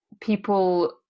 people